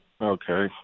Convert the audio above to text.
Okay